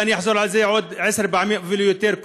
ואני אחזור על זה עוד עשר פעמים ואפילו יותר,